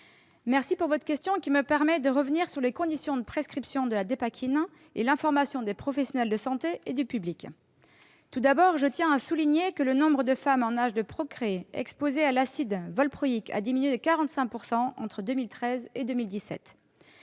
remercie de votre question, qui me permet de revenir sur les conditions de prescription de la dépakine et sur l'information des professionnels de santé et du public. Tout d'abord, je tiens à souligner que le nombre de femmes en âge de procréer exposées à l'acide valproïque a diminué de 45 % entre 2013 et 2017.